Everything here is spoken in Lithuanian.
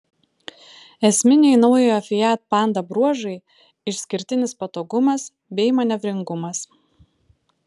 esminiai naujojo fiat panda bruožai išskirtinis patogumas bei manevringumas